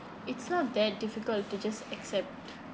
it's not that difficult to just accept